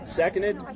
seconded